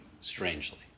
strangely